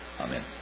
Amen